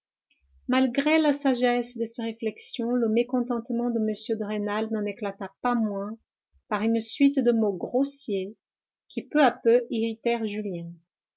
malgré la sagesse de ses réflexions le mécontentement de m de rênal n'en éclata pas moins par une suite de mots grossiers qui peu à peu irritèrent julien